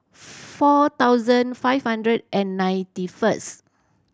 four thousand five hundred and ninety first